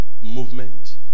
movement